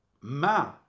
Ma